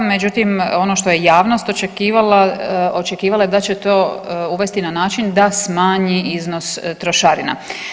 Međutim, ono što je javnost očekivala, očekivala je da će to uvesti na način da smanji iznos trošarina.